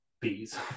bees